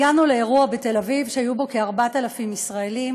הגענו לאירוע בתל אביב, שהיו בו כ-4,000 ישראלים,